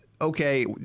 okay